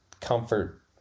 comfort